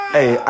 Hey